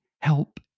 help